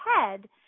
head